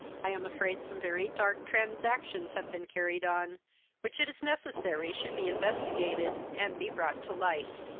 i am afraid some very dark transactions have been carried on which it is necessary should be investigated, and be brought to light.